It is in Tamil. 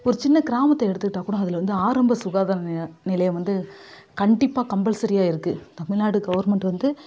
ஒரு சின்ன கிராமத்தை எடுத்துக்கிட்டால் கூட அதில் வந்து ஆரம்ப சுகாதார நிலைய நிலையம் வந்து கண்டிப்பாக கம்பல்ஸரியாக இருக்குது தமிழ்நாடு கவர்மெண்ட் வந்து